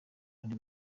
ari